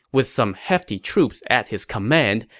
with some hefty troops at his command,